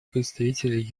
представителю